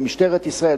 במשטרת ישראל,